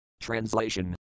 Translation